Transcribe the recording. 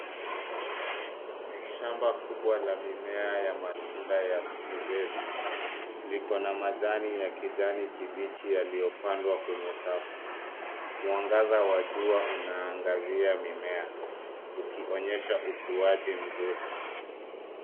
Shamba kubwa la mimea ya matunda ya strawberry liko na majani ya kijani kibichi yaliyopandwa kwenye safu. Mwangaza wa jua unaangazia mimea ukionyesha ukuwaji mzuri.